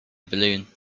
balloon